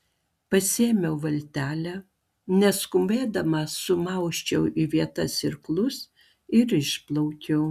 pasiėmiau valtelę neskubėdama sumausčiau į vietas irklus ir išplaukiau